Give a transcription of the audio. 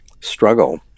struggle